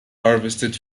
harvested